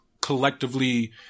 collectively